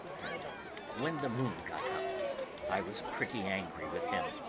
and when the moon got up i was pretty angry with him.